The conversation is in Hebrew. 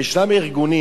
וישנם ארגונים,